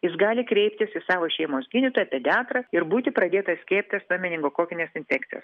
jis gali kreiptis į savo šeimos gydytoją pediatrą ir būti pradėtas skiepytas nuo meningokokinės infekcijos